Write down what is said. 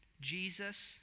Jesus